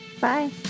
bye